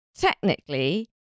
technically